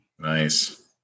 Nice